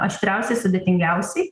aštriausiai sudėtingiausiai